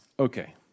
Okay